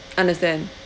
understand